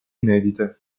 inedite